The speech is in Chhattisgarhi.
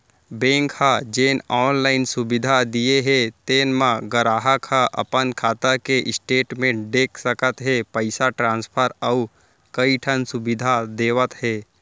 बेंक ह जेन आनलाइन सुबिधा दिये हे तेन म गराहक ह अपन खाता के स्टेटमेंट देख सकत हे, पइसा ट्रांसफर अउ कइ ठन सुबिधा देवत हे